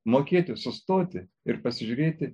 mokėti sustoti ir pasižiūrėti